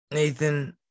Nathan